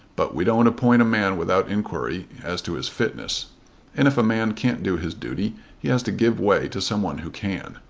but we don't appoint a man without inquiry as to his fitness and if a man can't do his duty he has to give way to some one who can.